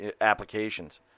applications